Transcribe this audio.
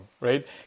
right